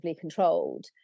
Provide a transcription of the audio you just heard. controlled